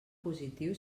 positiu